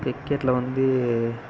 கிரிக்கெட்டில் வந்து